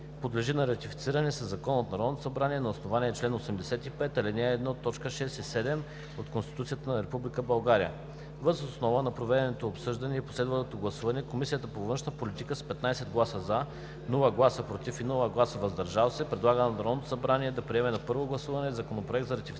подлежи на ратифициране със Закон от Народното събрание на основание чл. 85, ал. 1, т. 6 и 7 от Конституцията на Република България. Въз основа на проведеното обсъждане и последвалото гласуване Комисията по външна политика с 15 гласа „за“, без „против“ и „въздържал се“ предлага на Народното събрание да приеме на първо гласуване Законопроект за ратифициране